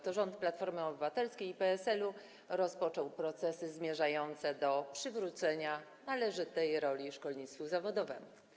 To rząd Platformy Obywatelskiej i PSL-u rozpoczął procesy zmierzające do przywrócenia należytej roli szkolnictwu zawodowemu.